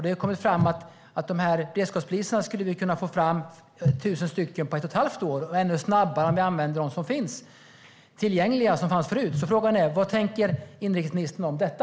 Det har framkommit att vi skulle kunna få fram tusen beredskapspoliser på ett och ett halvt år - ännu snabbare om vi använder dem som finns tillgängliga, som fanns förut. Frågan är: Vad tänker inrikesministern om detta?